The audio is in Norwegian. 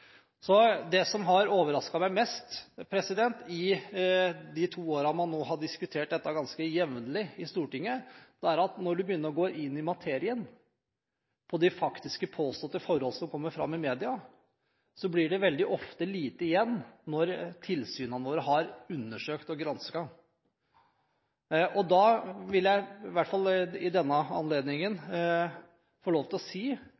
så må man som politiker finne en balanse for hvordan man skal håndtere de utfordringene som beskrives. Og media har jo som kjent sin egen dynamikk i sånne saker. Det som har overrasket meg mest i de to årene man nå har diskutert dette ganske jevnlig i Stortinget, er at når man begynner å gå inn i materien, i de faktiske, påståtte forhold som kommer fram i media, blir det veldig ofte lite igjen når tilsynene våre har undersøkt og